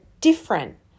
different